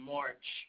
March